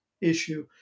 issue